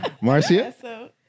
Marcia